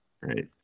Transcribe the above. right